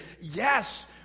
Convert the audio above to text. Yes